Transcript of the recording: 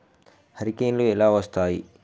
హరికేన్లు ఎలా వస్తాయి?